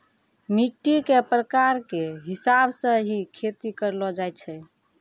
मिट्टी के प्रकार के हिसाब स हीं खेती करलो जाय छै